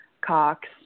Cox